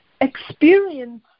experience